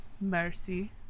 Mercy